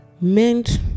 meant